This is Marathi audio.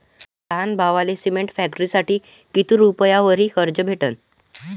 माया लहान भावाले सिमेंट फॅक्टरीसाठी कितीक रुपयावरी कर्ज भेटनं?